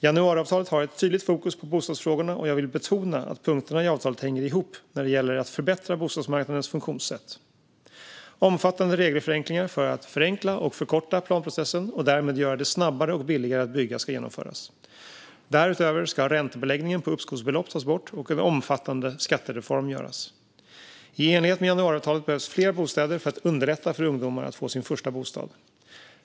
Januariavtalet har ett tydligt fokus på bostadsfrågorna, och jag vill betona att punkterna i avtalet hänger ihop när det gäller att förbättra bostadsmarknadens funktionssätt. Omfattande regelförenklingar för att förenkla och förkorta planprocessen och därmed göra det snabbare och billigare att bygga ska genomföras. Därutöver ska räntebeläggningen på uppskovsbelopp tas bort och en omfattande skattereform göras. I enlighet med januariavtalet behövs fler bostäder för att underlätta för ungdomar att få sin första bostad.